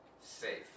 safe